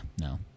no